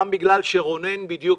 גם בגלל שרונן עלה.